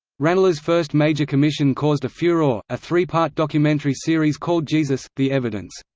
ranelagh's first major commission caused a furore, a three-part documentary series called jesus the evidence.